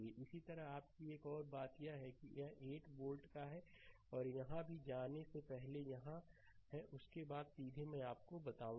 तो इसी तरह आपकी एक और बात यह है कि यह 8 वोल्ट का है और यहाँ भी जाने से पहले यहाँ है उसके बाद सीधे मैं आपको बताऊंगा